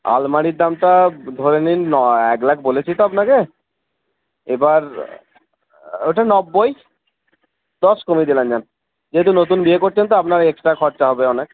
আলমারির দামটা ধরে নিন নয় এক লাখ বলেছি তো আপনাকে এবার ওটা নব্বই দশ কমিয়ে দিলাম যান যেহেতু নতুন বিয়ে করছেন তো আপনার এক্সট্রা খরচা হবে অনেক